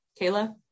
Kayla